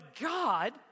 God